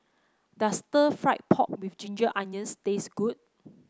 does Stir Fried Pork with Ginger Onions taste good